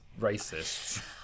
racists